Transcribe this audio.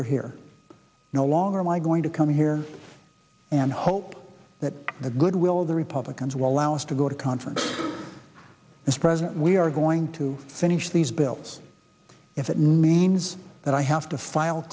were here no longer am i going to come here and hope that the goodwill of the republicans will allow us to go to conference this president we are going to finish these bills if it means that i have to file